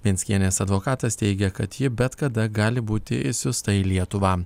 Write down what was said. venckienės advokatas teigia kad ji bet kada gali būti išsiųsta į lietuvą